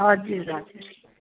हजुर हजुर